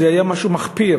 זה היה משהו מחפיר